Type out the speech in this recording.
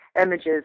images